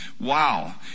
wow